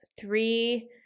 three